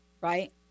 right